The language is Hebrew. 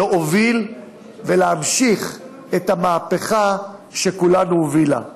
להוביל ולהמשיך את המהפכה שכולנו הובילה,